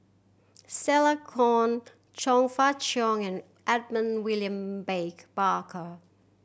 Stella Kon Chong Fah Cheong and Edmund William Baker Barker